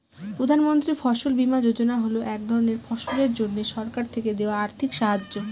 প্রধান মন্ত্রী ফসল বীমা যোজনা হল এক ধরনের ফসলের জন্যে সরকার থেকে দেওয়া আর্থিক সাহায্য